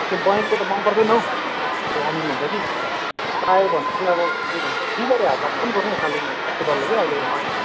त्यो बयमको त मन पर्दैन हौ अमिलो हुन्छ कि पायो भने चाहिँ अब के भन्छ बिहिबारे हाटमा पाउनुपर्ने हौ कालेबुङमा त काँचो डल्ले क्या अहिलेको नयाँ